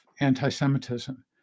anti-Semitism